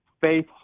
faith